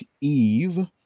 Eve